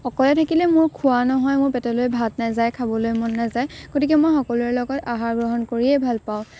অকলে থাকিলে মোৰ খোৱা নহয় মোৰ পেটলৈ ভাত নাযায় খাবলৈ মন নাযায় গতিকে মই সকলোৰে লগত আহাৰ গ্ৰহণ কৰিয়েই ভাল পাওঁ